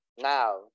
now